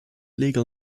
legal